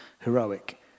heroic